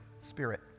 spirit